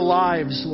lives